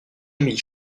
émile